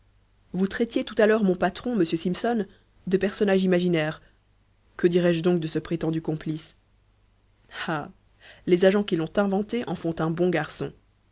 vous traitiez tout à l'heure mon patron m simpson de personnage imaginaire que dirai-je donc de ce prétendu complice ah les agents qui l'ont inventé en font un bon garçon